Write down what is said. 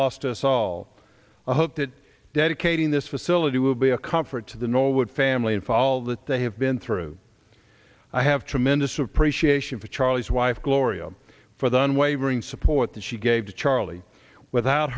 to us all i hope that dedicating this facility will be a comfort to the norwood family in fall that they have been through i have tremendous appreciation for charlie's wife gloria for the unwavering support that she gave to charlie without